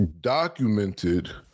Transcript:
documented